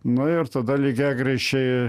nu ir tada lygiagrečiai